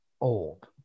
old